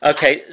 Okay